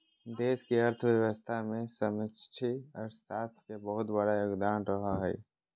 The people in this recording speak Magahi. देश के अर्थव्यवस्था मे समष्टि अर्थशास्त्र के बहुत बड़ा योगदान रहो हय